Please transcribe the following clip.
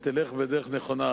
ותלך בדרך נכונה.